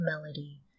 Melody